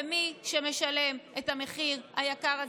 ומי שמשלם את המחיר היקר הזה,